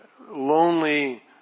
lonely